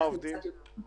מצד אחד,